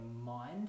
mind